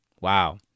Wow